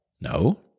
No